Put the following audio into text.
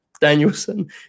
Danielson